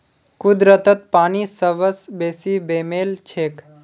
कुदरतत पानी सबस बेसी बेमेल छेक